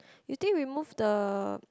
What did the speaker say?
you think remove the